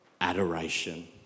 adoration